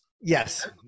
Yes